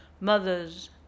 Mothers